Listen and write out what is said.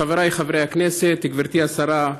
חבריי חברי הכנסת, גברתי השרה,